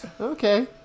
Okay